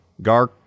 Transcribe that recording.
Gark